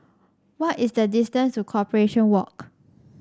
what is the distance to Corporation Walk